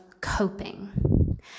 coping